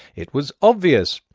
it was obvious.